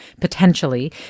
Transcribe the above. potentially